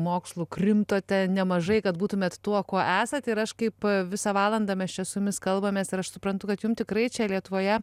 mokslų krimtote nemažai kad būtumėt tuo kuo esat ir aš kaip visą valandą mes čia su jumis kalbamės ir aš suprantu kad jum tikrai čia lietuvoje